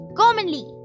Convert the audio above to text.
commonly